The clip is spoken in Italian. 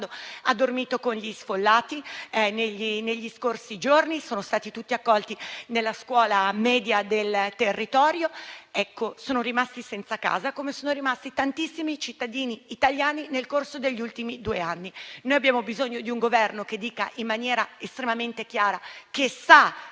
ha dormito con gli sfollati negli scorsi giorni; sono stati tutti accolti nella scuola media del territorio, sono rimasti senza casa come è accaduto a tantissimi cittadini italiani nel corso degli ultimi due anni. Abbiamo bisogno di un Governo che dica in maniera estremamente chiara che sa